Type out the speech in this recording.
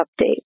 update